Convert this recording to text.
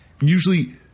usually